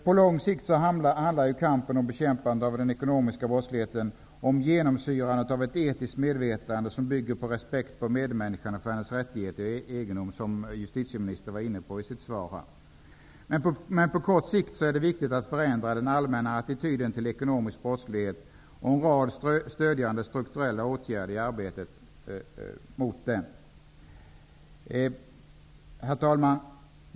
På lång sikt handlar kampen mot den ekonomiska brottsligheten om genomsyrande av ett etiskt medvetande som bygger på respekt för medmänniskan och för hennes rättigheter och egendom, som justitieministern var inne på i sitt svar. Men på kort sikt är det viktigt att förändra den allmänna attityden till ekonomisk brottslighet en rad stödjande strukturella åtgärder i arbetet mot den. Herr talman!